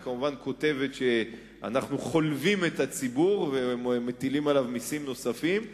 וכמובן כותבת שאנחנו חולבים את הציבור ומטילים עליו מסים נוספים.